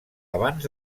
abans